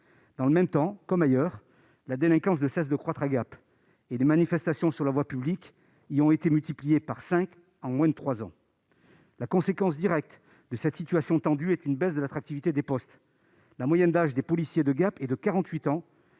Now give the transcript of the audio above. dans le même temps, la délinquance ne cesse de croître à Gap, et les manifestations sur la voie publique y ont été multipliées par cinq en moins de trois ans. La conséquence directe de cette situation tendue est une baisse de l'attractivité des postes, la moyenne d'âge des policiers de Gap étant de 48 ans,